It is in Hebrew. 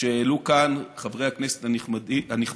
לסדר-היום שהעלו כאן חברי הכנסת הנכבדים,